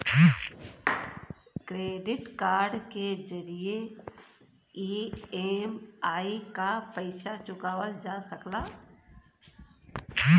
credit card के जरिये EMI क पइसा चुकावल जा सकला